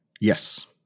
Yes